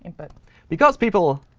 and but because people,